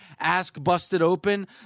AskBustedOpen